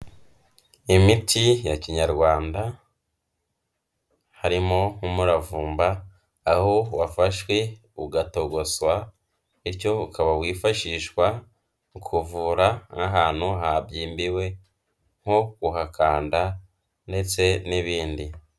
Imiti ya kinyarwanda, harimo umuravumba aho wafashwe ugatogoswa, bityo ukaba wifashishwa mu kuvura nk'ahantu habyimbiwe nko kuhakanda ndetse n'ibindi.